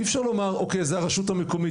אי-אפשר לומר: זה הרשות המקומית.